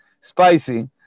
spicy